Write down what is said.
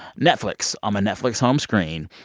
netflix um netflix home screen,